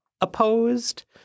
opposed